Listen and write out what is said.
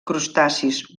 crustacis